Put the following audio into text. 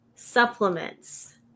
supplements